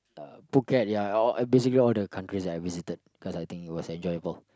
phuket ya all basically all the countries I visited because I think it was enjoyable